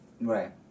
Right